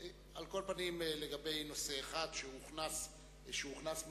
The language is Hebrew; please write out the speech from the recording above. על כל פנים לגבי נושא אחד שהוכנס מאוחר